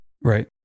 Right